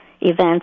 events